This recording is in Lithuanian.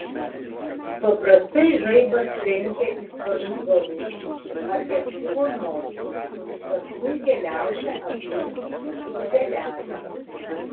paprastai žaibas trenkia į sparnų galus ar lėktuvo nosį paskui keliauja aplink fiuzeliažą